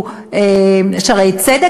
"שערי צדק",